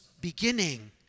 beginning